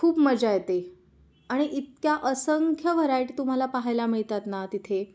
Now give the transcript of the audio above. खूप मजा येते आणि इतक्या असंख्य व्हरायटी तुम्हाला पाहायला मिळतात ना तिथे